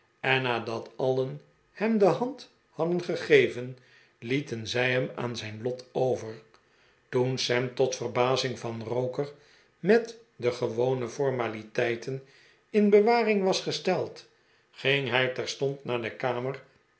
en nadat alien hem de hand hadden gegeven lieten zij hem aan zijn lot over toen sam tot verbazing van roker met de gewone formaliteiten in bewaring was gesteld ging hij terstond naar de kamer